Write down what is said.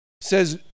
says